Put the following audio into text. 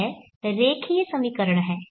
यह रेखीय समीकरण है